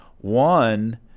one